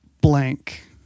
blank